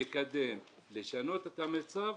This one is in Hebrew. לקדם ולשנות את המצב